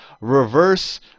reverse